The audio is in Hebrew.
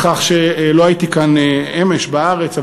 בכך שלא הייתי כאן אמש בארץ,